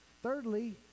Thirdly